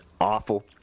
awful